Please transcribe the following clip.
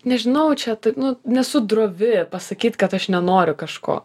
nežinau čia taip nu nesu drovi pasakyt kad aš nenoriu kažko